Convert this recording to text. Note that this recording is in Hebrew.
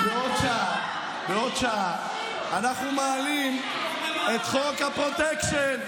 כי בעוד שעה אנחנו מעלים את חוק הפרוטקשן,